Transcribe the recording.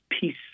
peace